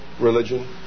religion